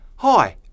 Hi